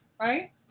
right